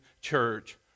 church